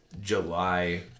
July